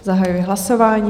Zahajuji hlasování.